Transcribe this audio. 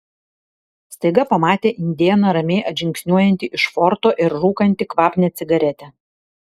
staiga pamatė indėną ramiai atžingsniuojantį iš forto ir rūkantį kvapnią cigaretę